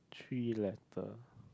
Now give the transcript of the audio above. three letter